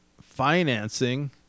financing